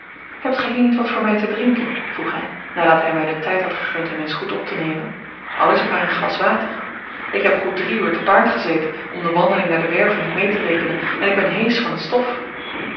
hebt gij hier niet wat voor mij te drinken vroeg hij nadat hij mij den tijd had gegund hem eens goed op te nemen al is het maar een glas water ik heb goed drie uur te paard gezeten om de wandeling naar de werve niet mee te rekenen en ik ben heesch van het stof